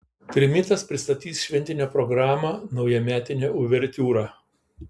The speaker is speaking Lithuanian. trimitas pristatys šventinę programą naujametinė uvertiūra